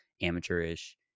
amateurish